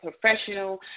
professional